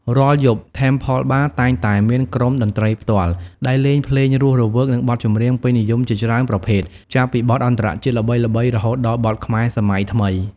រាល់យប់ Temple Bar តែងតែមាន ក្រុមតន្ត្រីផ្ទាល់ ដែលលេងភ្លេងរស់រវើក និងបទចម្រៀងពេញនិយមជាច្រើនប្រភេទ ចាប់ពីបទអន្តរជាតិល្បីៗ រហូតដល់បទខ្មែរសម័យថ្មី។